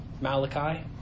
malachi